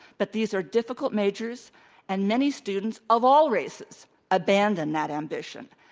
but these are difficult majors and many students of all races abandon that ambition.